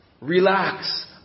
Relax